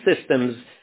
systems